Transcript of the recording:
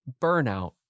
burnout